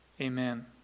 Amen